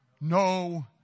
no